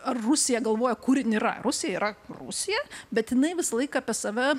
ar rusija galvoja kuri jin yra rusija yra rusija bet jinai visą laiką apie save